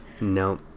No